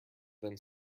than